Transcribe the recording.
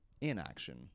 inaction